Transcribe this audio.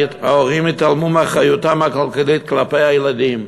ההורים יתעלמו מאחריותם הכלכלית כלפי הילדים.